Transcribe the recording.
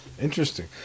Interesting